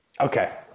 Okay